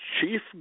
chief